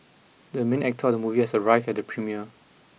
the main actor of the movie has arrived at the premiere